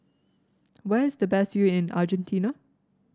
where is the best view in Argentina